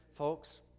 Folks